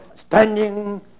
standing